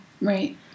right